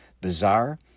bizarre